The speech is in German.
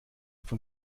von